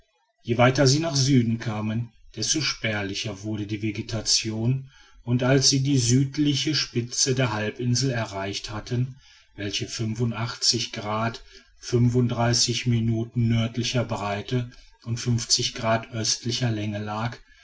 je weiter sie nach süden kamen desto spärlicher wurde die vegetation und als sie die südliche spitze der halbinsel erreicht hatten welche nördlicher breite und grad östlicher länge lag